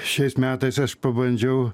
šiais metais aš pabandžiau